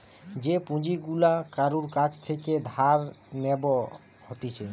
যে পুঁজি গুলা কারুর কাছ থেকে ধার নেব হতিছে